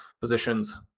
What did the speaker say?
positions